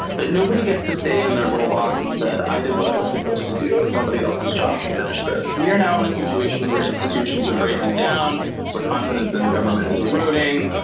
but nobody gets to stay in their little box and said i did what but i was supposed to do. it's somebody else's job to finish this. we are now in a situation where institutions are breaking down where confidence in government is eroding.